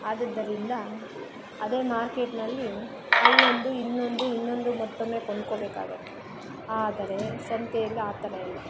ಆದ್ದರಿಂದ ಅದೇ ಮಾರ್ಕೆಟ್ನಲ್ಲಿ ಅಲ್ಲೊಂದು ಇಲ್ಲೊಂದು ಇನ್ನೊಂದು ಮತ್ತೊಮ್ಮೆ ಕೊಂಡ್ಕೊಬೇಕಾಗತ್ತೆ ಆದರೆ ಸಂತೆಯಲ್ಲಿ ಆ ಥರ ಇಲ್ಲ